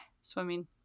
swimming